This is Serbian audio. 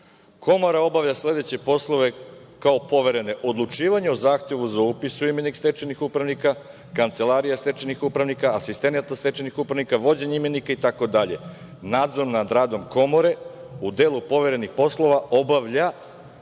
Komora obavlja sledeće poslove, kao poverene – odlučivanje o zahtevu za upis u imenik stečajnih upravnika, kancelarije stečajnih upravnika, asistenata stečajnih upravnika, vođenje imenika itd. Nadzor nad radom Komore u delu poverenih poslova obavlja